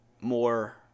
more